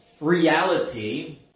reality